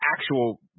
actual